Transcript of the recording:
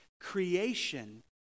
Creation